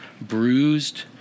bruised